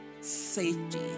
safety